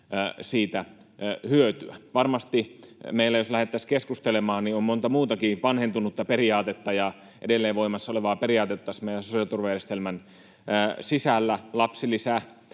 niistä hyötyä. Varmasti, jos lähdettäisiin keskustelemaan, meillä on monta muutakin vanhentunutta periaatetta ja edelleen voimassa olevaa periaatetta meidän sosiaaliturvajärjestelmän sisällä,